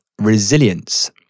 resilience